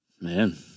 Man